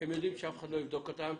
הם יודעים שאף אחד לא יבדוק אותם.